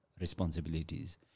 Responsibilities